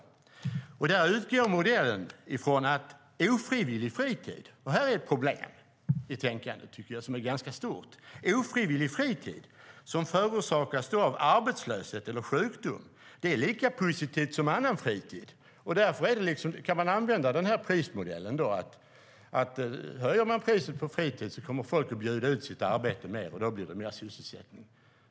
Modellen utgår från - och det här är ett problem med tänkandet som jag tycker är ganska stort - att ofrivillig fritid som förorsakas av arbetslöshet eller sjukdom är lika positiv som annan fritid. Därför kan man använda den här prismodellen - höjer man priset på fritid kommer folk att bjuda ut sitt arbete mer, och då blir det mer sysselsättning.